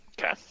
Okay